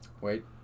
Wait